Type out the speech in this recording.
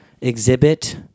exhibit